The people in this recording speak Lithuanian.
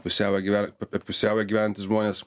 pusiaują gyvena apie pusiaują gyvenantys žmonės